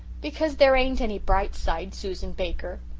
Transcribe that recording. because there ain't any bright side, susan baker.